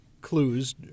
clues